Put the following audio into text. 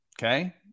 Okay